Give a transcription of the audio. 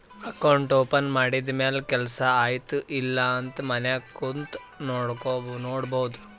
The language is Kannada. ಅಕೌಂಟ್ ಓಪನ್ ಮಾಡಿದ ಮ್ಯಾಲ ಕೆಲ್ಸಾ ಆಯ್ತ ಇಲ್ಲ ಅಂತ ಮನ್ಯಾಗ್ ಕುಂತೆ ನೋಡ್ಬೋದ್